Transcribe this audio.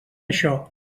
això